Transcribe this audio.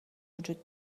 وجود